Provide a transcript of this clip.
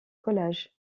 collage